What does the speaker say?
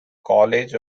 college